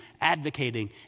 advocating